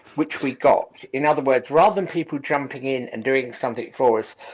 which we got. in other words, rather than people jumping in and doing something for us!